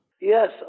Yes